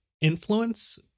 influence